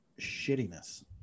shittiness